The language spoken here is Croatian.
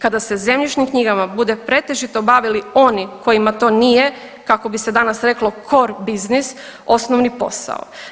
Kada se zemljišnim knjigama budu pretežito bavili oni kojima to nije kako bi se danas reklo cor biznis osnovni posao.